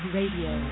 Radio